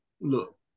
look